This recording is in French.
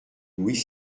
louis